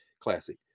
Classic